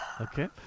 Okay